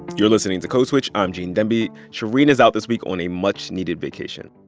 you're listening to code switch. i'm gene demby. shereen is out this week on a much-needed vacation.